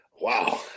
Wow